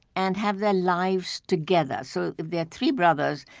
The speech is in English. and have their lives together. so there are three brothers,